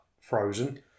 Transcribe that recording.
frozen